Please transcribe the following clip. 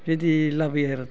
बिदि लाबोयो आरो